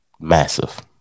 massive